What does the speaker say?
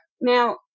now